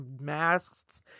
masks